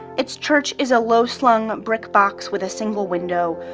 its church is a low-slung brick box with a single window,